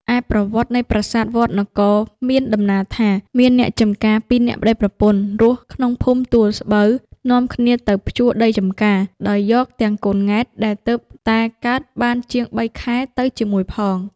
ឯប្រវត្តិនៃ ប្រាសាទវត្ដនគរ មានដំណាលថា មានអ្នកចម្ការពីរនាក់ប្តីប្រពន្ធ រស់ក្នុងភូមិទួលស្បូវ នាំគ្នាទៅភ្ជួរដីចម្ការ ដោយយកទាំងកូនង៉ែតដែលទើបតែកើតបានជាងបីខែទៅជាមួយផង។